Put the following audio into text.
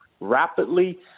Rapidly